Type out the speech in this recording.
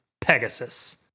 Pegasus